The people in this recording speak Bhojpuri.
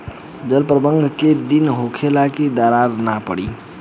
जल प्रबंधन केय दिन में होखे कि दरार न पड़ी?